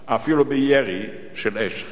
אפילו בירי של אש חיה.